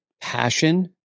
passion